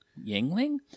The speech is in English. Yingling